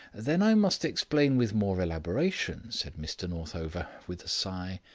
then i must explain with more elaboration, said mr northover, with a sigh.